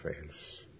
fails